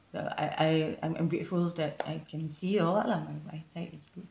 uh I I I'm I'm grateful that I can see or what lah my eyesight is good